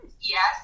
Yes